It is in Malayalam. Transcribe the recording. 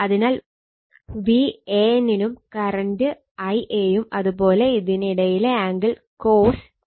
അതിനാൽ VAN നും കറണ്ട് Ia യും അതുപോലെ ഇതിനിടയിലെ ആംഗിൾ cos